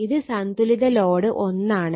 ഇത് സന്തുലിത ലോഡ് 1 ആണ്